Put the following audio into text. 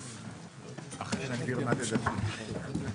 (הישיבה נפסקה בשעה 14:01